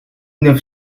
neuf